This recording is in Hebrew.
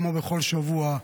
כמו בכל שבוע,